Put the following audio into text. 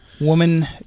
woman